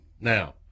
Now